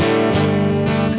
and